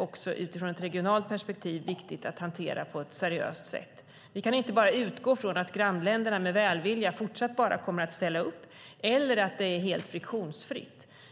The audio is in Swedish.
också utifrån ett regionalt perspektiv är viktigt att hantera på ett seriöst sätt. Vi kan inte bara utgå från att grannländerna med välvilja fortsatt bara kommer att ställa upp eller att det är helt friktionsfritt.